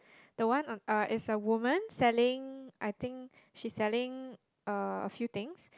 the one uh is a woman selling I think she's selling a a few things